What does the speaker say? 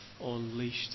unleashed